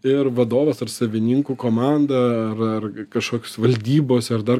ir vadovas ar savininkų komanda ar ar kažkoks valdybos ar dar